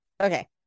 okay